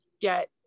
get